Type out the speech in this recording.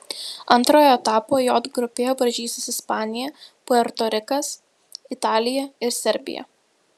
antrojo etapo j grupėje varžysis ispanija puerto rikas italija ir serbija